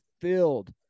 filled